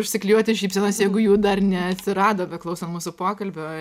užsiklijuoti šypsenas jeigu jų dar neatsirado beklausant mūsų pokalbio